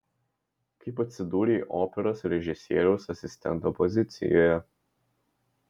kaip atsidūrei operos režisieriaus asistento pozicijoje